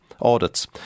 audits